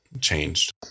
changed